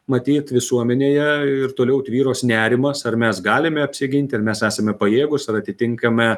matyt visuomenėje ir toliau tvyros nerimas ar mes galime apsiginti ar mes esame pajėgūs ar atitinkame